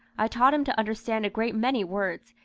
i taught him to understand a great many words,